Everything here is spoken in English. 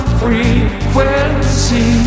frequency